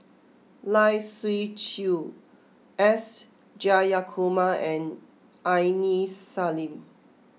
Lai Siu Chiu S Jayakumar and Aini Salim